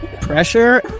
pressure